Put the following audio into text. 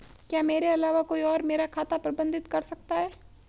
क्या मेरे अलावा कोई और मेरा खाता प्रबंधित कर सकता है?